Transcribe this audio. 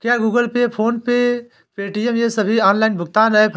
क्या Google Pay PhonePe Paytm ये सभी ऑनलाइन भुगतान ऐप हैं?